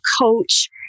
coach